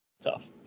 Tough